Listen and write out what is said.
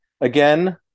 again